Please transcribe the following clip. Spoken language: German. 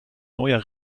neuer